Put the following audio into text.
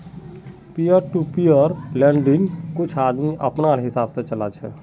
peer to peer लेंडिंग्क कुछ आदमी अपनार हिसाब से चला छे